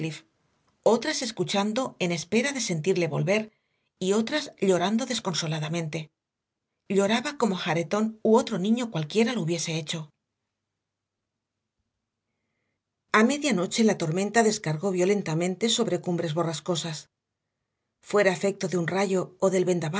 otras escuchando en espera de sentirle volver y otras llorando desconsoladamente lloraba como hareton u otro niño cualquiera lo hubiese hecho a medianoche la tormenta descargó violentamente sobre cumbres borrascosas fuera efecto de un rayo o del